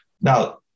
Now